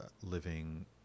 living